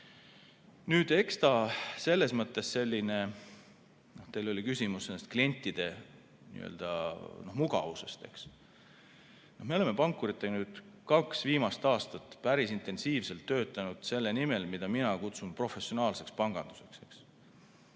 Andmebüroo funktsioon. Nüüd, teil oli küsimus klientide mugavuse kohta. Me oleme pankuritega kaks viimast aastat päris intensiivselt töötanud selle nimel, mida mina kutsun professionaalseks panganduseks.